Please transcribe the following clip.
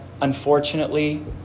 unfortunately